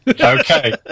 Okay